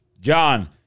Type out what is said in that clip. John